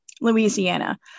Louisiana